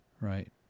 Right